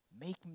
Make